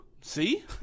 See